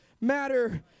matter